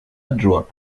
adjoint